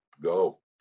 go